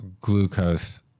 glucose